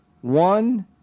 one